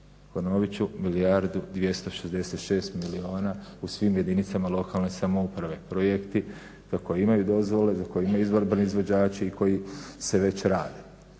Ponovit ću 1 266 milijuna u svim jedinicama lokalne samouprave. Projekti za koje imaju dozvole, za koje imaju …/Govornik se ne razumije./… izvođači i koji se već rade.